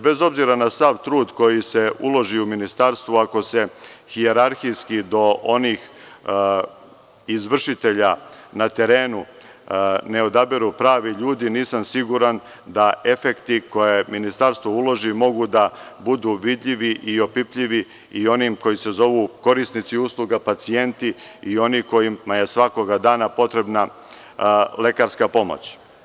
Bez obzira na sav trud koji se uloži u ministarstvu, ako se hijerarhijski do onih izvršitelja na terenu ne odaberu pravi ljudi, nisam siguran da efekti koje ministarstvo uloži mogu da budu vidljivi i opipljivi i onima koji se zovu korisnici usluga, pacijenti, i oni kojima je svakoga dana potrebna lekarska pomoć.